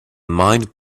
mind